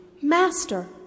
Master